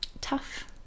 tough